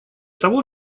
того